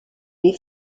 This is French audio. les